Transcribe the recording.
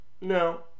no